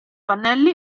pannelli